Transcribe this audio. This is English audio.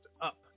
up